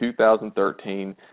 2013